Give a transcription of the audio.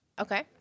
Okay